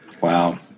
Wow